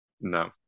No